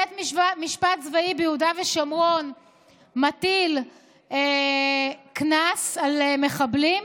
בית משפט צבאי ביהודה ושומרון מטיל קנס על מחבלים,